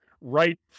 right